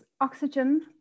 oxygen